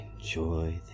enjoy